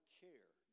care